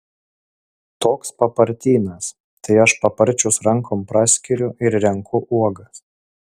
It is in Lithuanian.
toks papartynas tai aš paparčius rankom praskiriu ir renku uogas